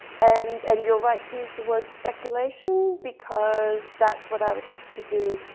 and and you're right, to use the word speculation, because that's what i would have to do.